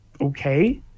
okay